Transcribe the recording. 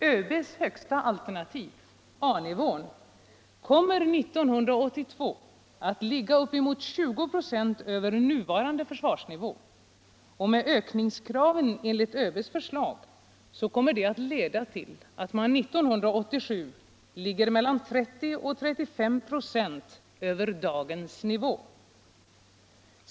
ÖB:s högsta alternativ, A-nivån, kommer 1982 att ligga uppemot 20 2 över nuvarande försvarsnivå, och ökningskraven enligt ÖB:s över dagens nivå.